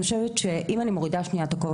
אני חושבת שאם אני מורידה שנייה את הכובע